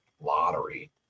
lottery